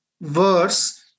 verse